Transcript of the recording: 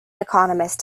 economist